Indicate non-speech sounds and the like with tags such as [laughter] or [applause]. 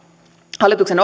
hallituksen [unintelligible]